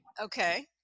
Okay